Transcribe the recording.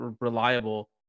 reliable